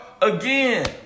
Again